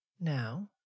now